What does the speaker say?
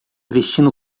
vestindo